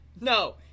No